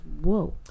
whoa